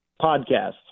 podcast